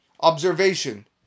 observation